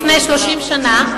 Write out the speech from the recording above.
לפני 30 שנה,